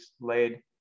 laid